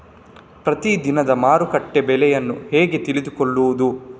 ಪ್ರತಿದಿನದ ಮಾರುಕಟ್ಟೆ ಬೆಲೆಯನ್ನು ಹೇಗೆ ತಿಳಿದುಕೊಳ್ಳುವುದು?